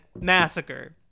massacre